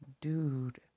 dude